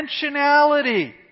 Intentionality